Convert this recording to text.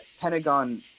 Pentagon